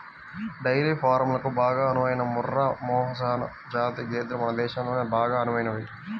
dairy ఫారంలకు బాగా అనువైన ముర్రా, మెహసనా జాతి గేదెలు మన దేశంలో బాగా అనువైనవి